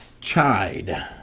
chide